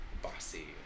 bossy